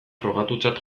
frogatutzat